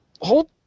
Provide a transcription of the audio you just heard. Hold –